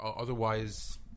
Otherwise